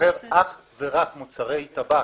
שמוכר אך ורק מוצרי טבק,